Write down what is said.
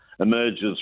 emerges